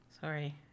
Sorry